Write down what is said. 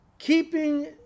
Keeping